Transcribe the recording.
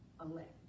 elect